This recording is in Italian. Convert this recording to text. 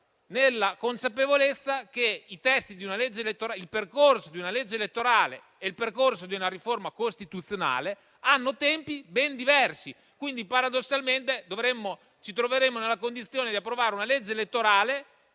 nella consapevolezza che il percorso di una legge elettorale e quello di una riforma costituzionale hanno tempi ben diversi. Paradossalmente, ci troveremmo nella condizione di approvare una legge elettorale